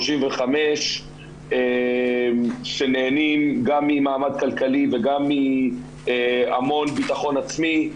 18-35 שנהנים גם ממעמד כלכלי וגם מהמון בטחון עצמי,